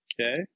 Okay